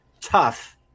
tough